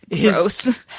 gross